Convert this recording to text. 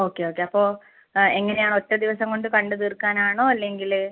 okay okay അപ്പോൾ എങ്ങനെയാണ് ഒറ്റ ദിവസം കൊണ്ട് കണ്ട് തീർക്കാൻ ആണോ അല്ലെങ്കിൽ